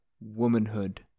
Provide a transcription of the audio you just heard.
womanhood